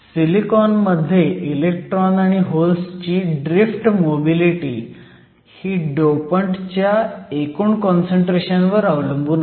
silicon मध्ये electron आणि होल्सची ड्रीफ्ट मोबिलिटी ही डोपंट च्या एकूण काँसंट्रेशन वर अवलंबून असते